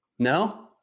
No